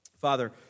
Father